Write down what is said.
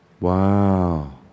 Wow